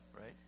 right